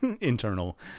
internal